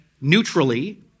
neutrally